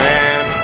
Man